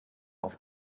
auf